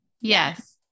Yes